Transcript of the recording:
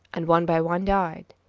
and one by one died,